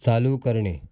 चालू करणे